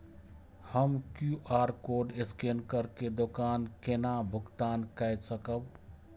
हम QR code scan करके दुकान केना भुगतान काय सकब?